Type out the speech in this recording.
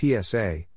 PSA